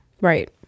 right